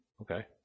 Okay